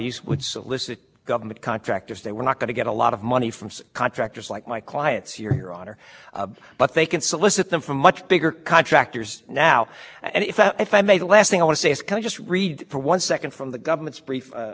analyses that's what's wrong with this that that there is no explanation as to why the other protections in the federal election campaign act are not sufficient to take care of those interests and given the substantial mismatch we have